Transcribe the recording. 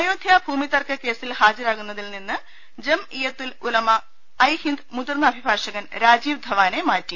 അയോധ്യാ ഭൂമിതർക്ക കേസിൽ ഹാജരാകുന്നതിൽ നിന്ന് ജംഇയ്യത്തുൽ ഉലമ ഐ ഹിന്ദ് മുതിർന്ന അഭിഭാഷകൻ രാജീവ് ധവാനെ മാറ്റി